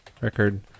record